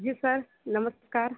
जी sir नमस्कार